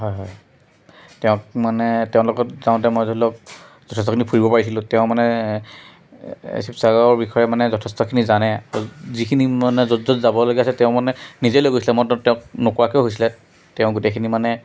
হয় হয় তেওঁক মানে তেওঁ লগত যাওঁতে মই ধৰি লওক যথেষ্টখিনি ফুৰিব পাৰিছিলোঁ তেওঁ মানে শিৱসাগৰৰ বিষয়ে মানে যথেষ্টখিনি জানে যিখিনি মানে য'ত য'ত যাবলগীয়া আছে তেওঁ মানে নিজেই লৈ গৈছিলে মই তেওঁক নোকোৱাকৈ হৈছিলে তেওঁ গোটেইখিনি মানে